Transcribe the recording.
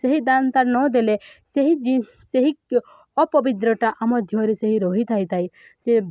ସେହି ଦାନ୍ ତା ନଦେଲେ ସେହି ସେହି ଅପବିତ୍ରଟା ଆମ ଦେହରେ ସେହି ରହିଯାଇଥାଏ ସେ